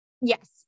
Yes